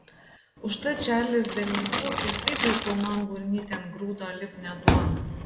užtat čarlis delniuku ir taip jau pilnon burnytėn grūdo lipnią duoną